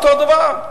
אותו דבר.